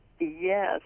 Yes